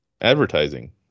advertising